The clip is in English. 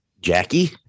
jackie